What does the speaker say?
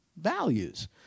values